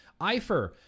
Eifer